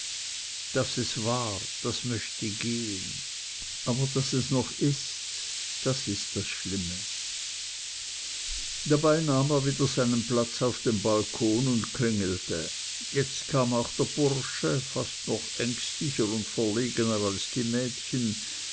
daß es war das möchte gehn aber daß es noch ist das ist das schlimme dabei nahm er wieder seinen platz auf dem balkon und klingelte jetzt kam auch der bursche fast noch ängstlicher und verlegener als die mädchen